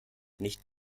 nicht